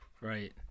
Right